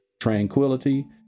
tranquility